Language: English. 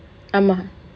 ஆமா:aamaa